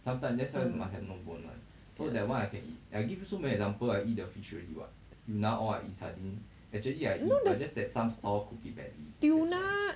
yeah no the tuna